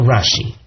Rashi